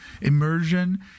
immersion